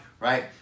right